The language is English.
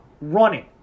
running